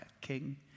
king